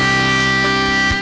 and